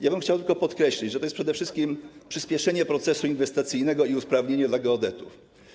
Ja bym chciałbym tylko podkreślić, że to jest przede wszystkim przyspieszenie procesu inwestycyjnego i usprawnienie dla geodetów.